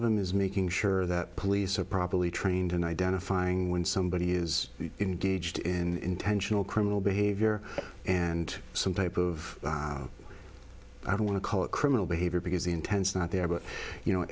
of them is making sure that police are properly trained in identifying when somebody is engaged in tensional criminal behavior and some type of i don't want to call it criminal behavior because the intense not there but you know